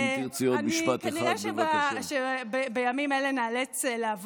תתחילי בדברים מעניינים.